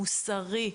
מוסרי,